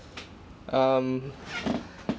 um